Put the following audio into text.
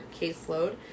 caseload